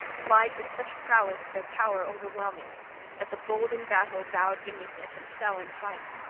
plied with such prowess their power o'erwhelming that the bold-in-battle bowed beneath it and fell in fight.